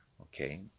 Okay